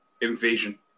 Invasion